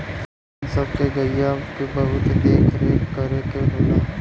किसान सब के गइया के बहुत देख रेख करे के होला